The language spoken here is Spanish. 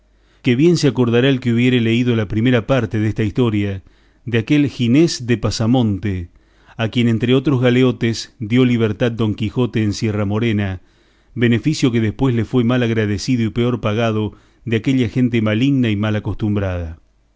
que bien se acordará el que hubiere leído la primera parte desta historia de aquel ginés de pasamonte a quien entre otros galeotes dio libertad don quijote en sierra morena beneficio que después le fue mal agradecido y peor pagado de aquella gente maligna y mal acostumbrada